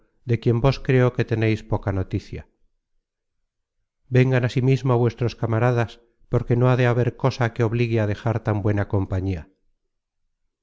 de quien vos creo que teneis poca noticia vengan asimismo vuestros camaradas porque no ha de haber cosa que obligue a dejar tan buena compañía